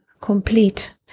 complete